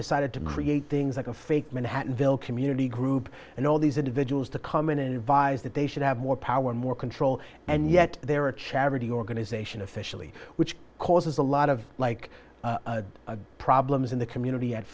decided to create things like a fake manhattanville community group and all these individuals to come in and advise that they should have more power and more control and yet they're a charity organization officially which causes a lot of like problems in the community at